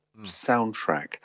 soundtrack